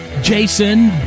Jason